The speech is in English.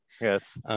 yes